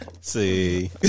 see